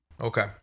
Okay